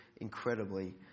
incredibly